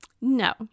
No